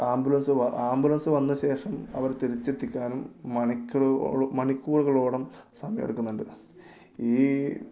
ambulance ambulance വന്ന ശേഷം അവർ തിരിച്ചെത്തിക്കാനും മണിക്കൂറുകളോളം സമയമെടുക്കുന്നത് കൊണ്ട് ഈ